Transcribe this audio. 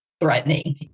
threatening